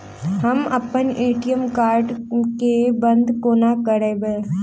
हम अप्पन ATM card केँ बंद कोना करेबै?